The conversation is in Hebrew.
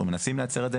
אנחנו מנסים לייצר את זה,